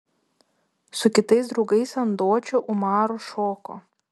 su kitais draugais ant dočio umaru šoko